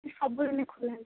ସବୁଦିନେ ଖୋଲା ଅଛି